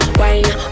wine